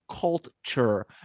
culture